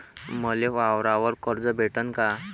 मले वावरावर कर्ज भेटन का?